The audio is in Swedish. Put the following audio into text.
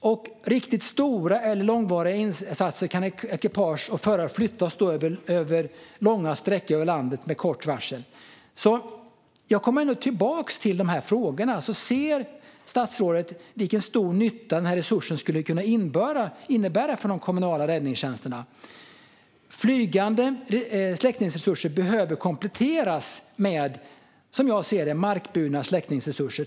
Vid riktigt stora eller långvariga insatser kan ekipage och förare flyttas över långa sträckor över landet med kort varsel. Jag kommer tillbaka till de här frågorna: Ser statsrådet vilken stor nytta den här resursen skulle kunna innebära för de kommunala räddningstjänsterna? Flygande släckningsresurser behöver, som jag ser det, kompletteras med markburna släckningsresurser.